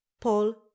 paul